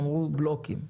אמרו "בלוקים",